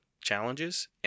challenges